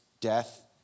death